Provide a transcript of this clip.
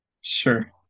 Sure